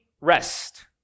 rest